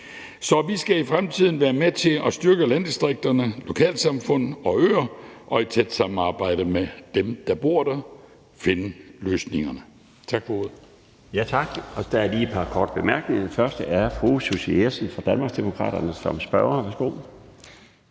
Så vi skal i fremtiden være med til at styrke landdistrikterne, lokalsamfund og øer og i tæt samarbejde med dem, der bor der, finde løsningerne. Tak for ordet. Kl. 17:32 Den fg. formand (Bjarne Laustsen): Tak. Der er lige et par korte bemærkninger. Det er først fru Susie Jessen fra Danmarksdemokraterne som spørger. Værsgo.